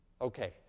Okay